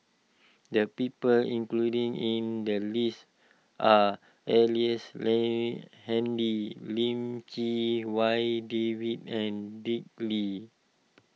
the people including in the list are Ellice Handy Lim Chee Wai David and Dick Lee